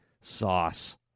sauce